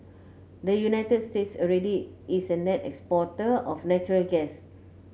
the United States already is a net exporter of natural gas